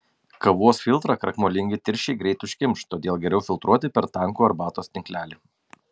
kavos filtrą krakmolingi tirščiai greitai užkimš todėl geriau filtruoti per tankų arbatos tinklelį